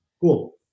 Cool